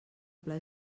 pla